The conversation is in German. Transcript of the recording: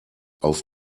auf